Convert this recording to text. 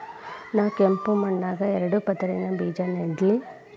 ನಾ ಕೆಂಪ್ ಮಣ್ಣಾಗ ಎರಡು ಪದರಿನ ಬೇಜಾ ನೆಡ್ಲಿ?